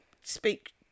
speak